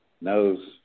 knows